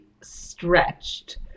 stretched